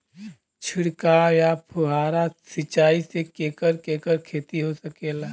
छिड़काव या फुहारा सिंचाई से केकर केकर खेती हो सकेला?